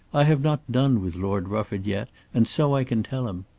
i have not done with lord rufford yet, and so i can tell him.